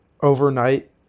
overnight